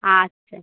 আচ্ছা